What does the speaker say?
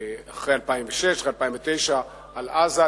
ואחרי 2009 על עזה.